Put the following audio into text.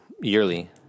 yearly